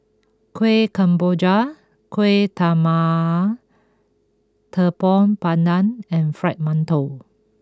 Kuih Kemboja Kuih Talam Tepong Pandan and Fried Mantou